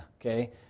okay